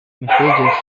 messages